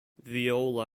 viola